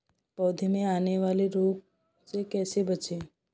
पौधों में आने वाले रोग से कैसे बचें?